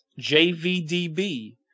Jvdb